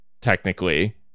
technically